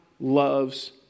loves